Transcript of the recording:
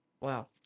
Wow